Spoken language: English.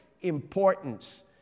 importance